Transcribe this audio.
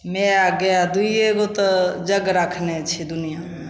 माइ गाइ दुइएगो तऽ जग राखने छै दुनिआमे